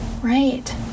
Right